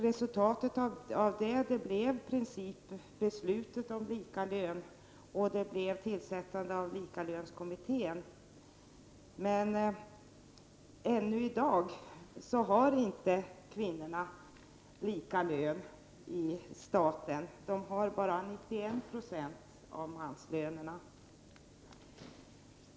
Resultatet av den motionen blev principbeslutet om lika lön och tillsättandet av likalönskommittén. Men ännu i dag har kvinnorna inte lika lön som männen de statligt anställda. De har bara 91 % av manslönerna.